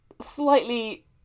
slightly